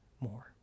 more